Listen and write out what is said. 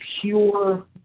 pure